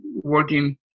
working